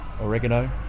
Oregano